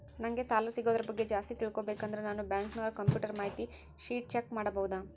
ನಂಗೆ ಸಾಲ ಸಿಗೋದರ ಬಗ್ಗೆ ಜಾಸ್ತಿ ತಿಳಕೋಬೇಕಂದ್ರ ನಾನು ಬ್ಯಾಂಕಿನೋರ ಕಂಪ್ಯೂಟರ್ ಮಾಹಿತಿ ಶೇಟ್ ಚೆಕ್ ಮಾಡಬಹುದಾ?